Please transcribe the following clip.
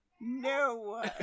No